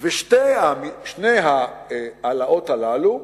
שתי ההעלאות הללו,